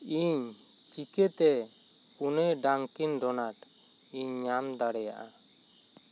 ᱤᱧ ᱪᱤᱠᱟᱹᱛᱮ ᱯᱩᱱᱮ ᱰᱟᱝᱠᱤᱱ ᱰᱚᱱᱟᱴ ᱤᱧ ᱧᱟᱢ ᱫᱟᱲᱮᱭᱟᱜᱼᱟ